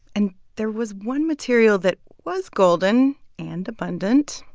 and there was one material that was golden and abundant.